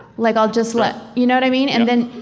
like i'll just let. you know what i mean? and then,